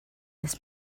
this